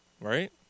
right